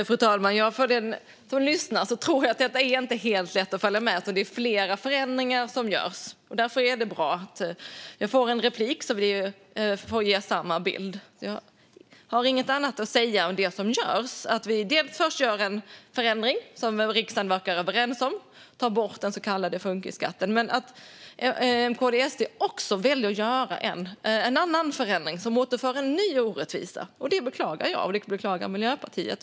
Fru talman! För den som lyssnar tror jag att detta inte är helt lätt att följa med i, för det är flera förändringar som görs. Därför är det bra att få en replik, så att vi får ge samma bild. Jag har inget annat att säga om det som görs. Först gör vi en förändring, som riksdagen verkar överens om, och tar bort den så kallade funkisskatten. M, KD och SD väljer dock att göra en annan förändring, som skapar en ny orättvisa. Det beklagar jag, och det beklagar Miljöpartiet.